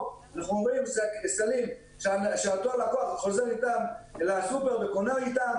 אלא סלים שאותו לקוח חוזר וקונה איתם בסופר.